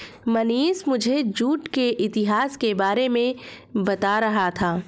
मनीष मुझे जूट के इतिहास के बारे में बता रहा था